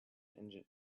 engine